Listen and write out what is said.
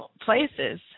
places